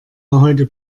heute